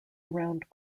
around